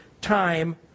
time